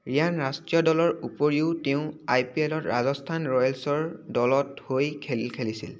ৰিয়ান ৰাষ্ট্ৰীয় দলৰ উপৰিও তেওঁ আই পি এলত ৰাজস্থান ৰয়েলছৰ দলত হৈ খেল খেলিছিল